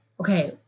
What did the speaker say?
Okay